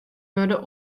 wurde